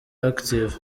active